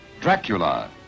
Dracula